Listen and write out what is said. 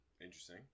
Interesting